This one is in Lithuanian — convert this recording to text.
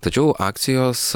tačiau akcijos